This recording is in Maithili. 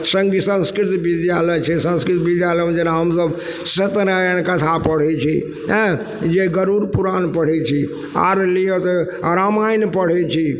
सङ्गी संस्कृत विद्यालय छै संस्कृत विद्यालयमे जेना हमसब सत्य नारायण कथा पढ़य छी एँ जे गरूड़ पुराण पढ़य छी आओर लिअ तऽ आओर रामायण पढ़य छी